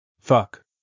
Fuck